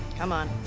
come on,